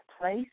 place